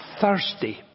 Thursday